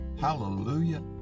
Hallelujah